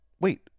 wait